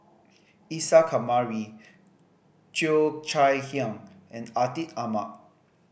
Isa Kamari Cheo Chai Hiang and Atin Amat